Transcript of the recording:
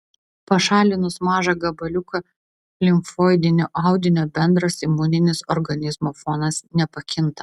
pašalinus mažą gabaliuką limfoidinio audinio bendras imuninis organizmo fonas nepakinta